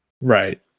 Right